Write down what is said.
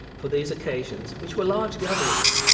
for these occasions which were large gatherings.